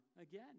again